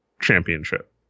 championship